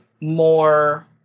more